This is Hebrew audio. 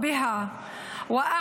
מה